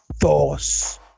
Force